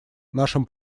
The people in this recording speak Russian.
нашим